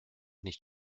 nicht